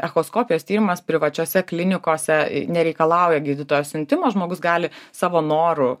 echoskopijos tyrimas privačiose klinikose nereikalauja gydytojo siuntimo žmogus gali savo noru